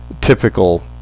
typical